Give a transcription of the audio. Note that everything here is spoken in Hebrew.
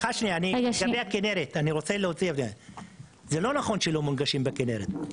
לגבי הכינרת , זה לא נכון שלא מונגשים בכינרת.